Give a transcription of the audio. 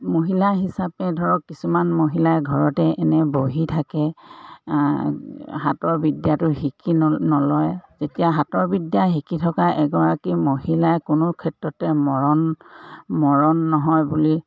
মহিলা হিচাপে ধৰক কিছুমান মহিলাই ঘৰতে এনেই বহি থাকে হাতৰ বিদ্যাটো শিকি নল নলয় যেতিয়া হাতৰ বিদ্যা শিকি থকা এগৰাকী মহিলাই কোনো ক্ষেত্ৰতে মৰণ মৰণ নহয় বুলি